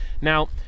Now